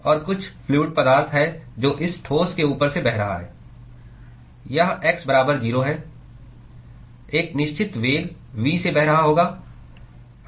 और कुछ फ्लूअड पदार्थ है जो इस ठोस के ऊपर से बह रहा है यह x बराबर 0 है एक निश्चित वेग V से बह रहा होगा